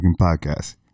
podcast